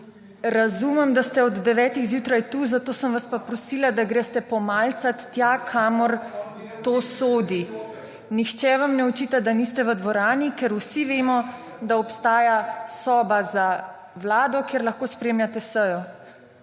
Razumem, da ste od devete zjutraj tu, zato sem vas pa prosila, da greste pomalicat tja, kamor to sodi. Nihče vam ne očita, da niste v dvorani, ker vsi vemo, da obstaja soba za vlado, kjer lahko spremljate sejo.